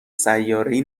سیارهای